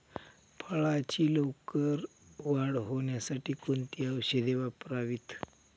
फळाची लवकर वाढ होण्यासाठी कोणती औषधे वापरावीत?